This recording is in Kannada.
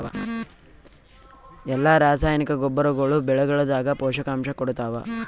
ಎಲ್ಲಾ ರಾಸಾಯನಿಕ ಗೊಬ್ಬರಗೊಳ್ಳು ಬೆಳೆಗಳದಾಗ ಪೋಷಕಾಂಶ ಕೊಡತಾವ?